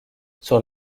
sur